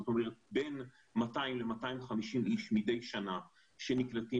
זאת אומרת בין 200 ל-250 איש מדי שנה שנקלטים